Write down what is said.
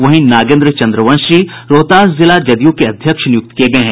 वहीं नागेन्द्र चंद्रवंशी रोहतास जिला जदयू के अध्यक्ष नियुक्त किये गये हैं